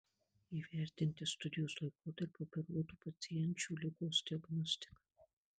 įvertinti studijos laikotarpiu operuotų pacienčių ligos diagnostiką